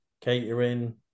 catering